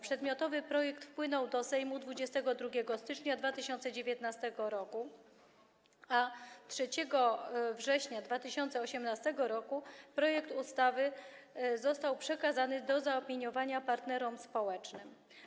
Przedmiotowy projekt wpłynął do Sejmu 22 stycznia 2019 r., a 3 września 2018 r. projekt ustawy został przekazany do zaopiniowania partnerom społecznym.